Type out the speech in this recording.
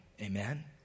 Amen